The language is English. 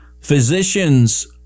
physicians